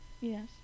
Yes